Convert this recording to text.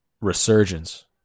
resurgence